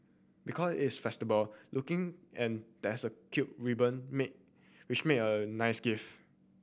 because it's festival looking and there's a cute ribbon may which make a nice gift